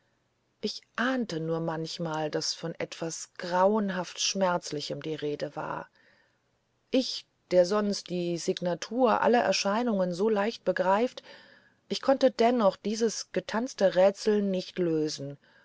ich ahnte nur manchmal daß von etwas grauenhaft schmerzlichem die rede war ich der sonst die signatur aller erscheinungen so leicht begreift ich konnte dennoch dieses getanzte rätsel nicht lösen